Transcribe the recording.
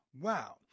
wow